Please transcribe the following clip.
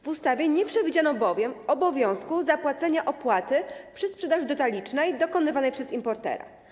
W ustawie nie przewidziano bowiem obowiązku uiszczania opłaty przy sprzedaży detalicznej dokonywanej przez importera.